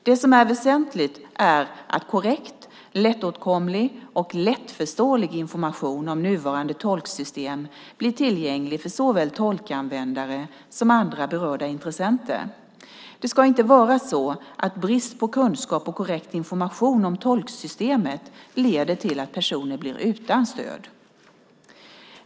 Det som är väsentligt är att korrekt, lättåtkomlig och lättförståelig information om nuvarande tolksystem blir tillgänglig för såväl tolkanvändare som andra berörda intressenter. Det ska inte vara så att brist på kunskap och korrekt information om tolksystemet leder till att personer blir utan stöd.